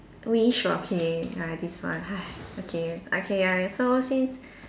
way shocking ah this one okay okay ya so since